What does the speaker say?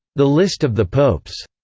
the list of the popes.